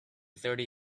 thirty